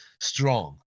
strong